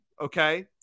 okay